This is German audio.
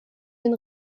den